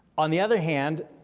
on the other hand,